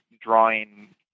drawing